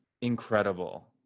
incredible